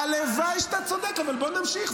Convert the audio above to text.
הלוואי שאתה צודק, אבל בוא נמשיך.